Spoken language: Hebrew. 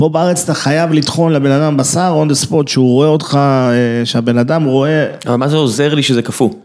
פה בארץ אתה חייב לטחון לבן אדם בשר, און דה ספוט, שהוא רואה אותך, שהבן אדם רואה... אבל מה זה עוזר לי שזה קפוא?